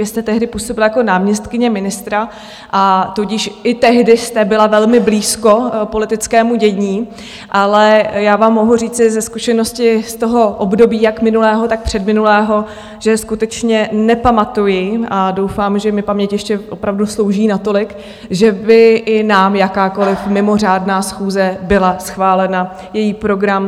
Vy jste tehdy působila jako náměstkyně ministra, a tudíž i tehdy jste byla velmi blízko politickému dění, ale já vám mohu říci ze zkušenosti z toho období, jak minulého, tak předminulého, že skutečně nepamatuji, a doufám, že mi paměť ještě opravdu slouží natolik, že by i nám jakákoliv mimořádná schůze byla schválena, její program.